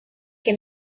que